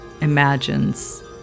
imagines